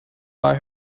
buy